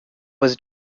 was